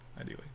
ideally